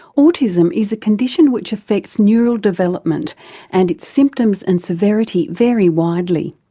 autism is a condition which affects neural development and its symptoms and severity vary widely.